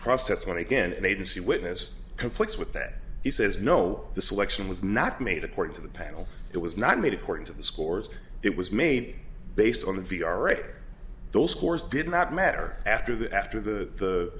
process went again an agency witness conflicts with that he says no the selection was not made according to the panel it was not made according to the scores it was made based on the v r a those scores did not matter after the after the